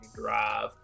drive